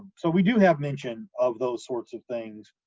so we do have mention of those sorts of things,